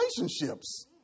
relationships